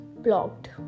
blocked